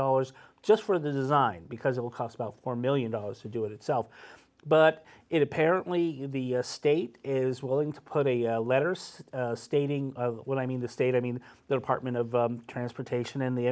dollars just for the design because it would cost about four million dollars to do it itself but it apparently the state is willing to put a letters stating well i mean the state i mean the apartment of transportation in the